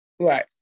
right